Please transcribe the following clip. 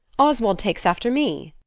oswald takes after me.